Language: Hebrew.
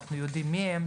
אנחנו יודעים מי הם,